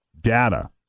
data